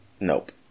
Nope